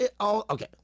Okay